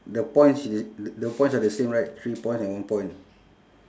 the points is t~ the points are the same right three points and one point